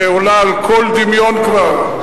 שעולה על כל דמיון כבר.